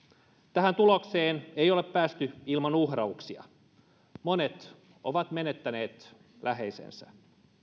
tähän tulokseen ei ole päästy ilman uhrauksia monet ovat menettäneet läheisensä